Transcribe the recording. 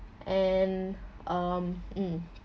and um mm